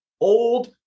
old